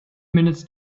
minutes